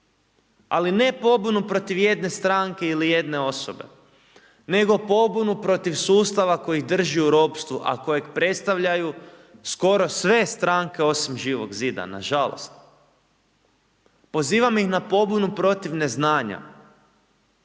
ali ne pobunu protiv jedne stranke ili jedne osobe nego pobunu protiv sustav koji ih drži u ropstvu a kojeg predstavljaju skoro sve stranke osim Živog zida, nažalost. Pozivam ih na pobunu protiv neznanja.